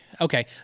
okay